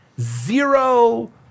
zero